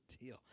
deal